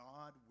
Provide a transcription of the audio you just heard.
God